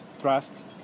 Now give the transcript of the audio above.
trust